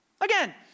Again